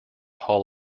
hall